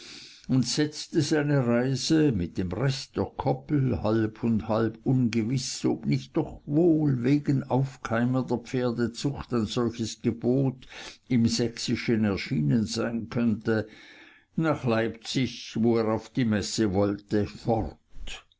und setzte seine reise mit dem rest der koppel halb und halb ungewiß ob nicht doch wohl wegen aufkeimender pferdezucht ein solches gebot im sächsischen erschienen sein könne nach leipzig wo er auf die messe wollte fort